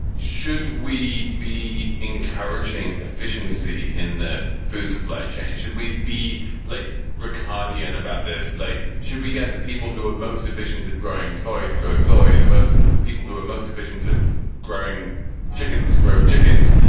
should we be encouraging efficiency in the food supply chain? should we be like riccardi and about this, like should we get the people who are most efficient at growing soy to grow soy and the most people who are most efficient to growing chickens, to grow chickens?